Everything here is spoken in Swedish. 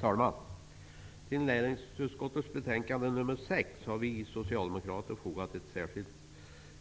Herr talman! Till näringsutskottets betänkande NU6 har vi socialdemokrater fogat ett särskilt